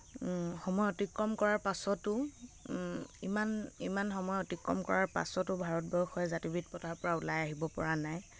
সময় অতিক্ৰম কৰাৰ পাছতো ইমান ইমান সময় অতিক্ৰম কৰাৰ পাছতো ভাৰতবৰ্ষই জাতিভেদ প্ৰথাৰ পৰা ওলাই আহিব পৰা নাই